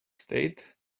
state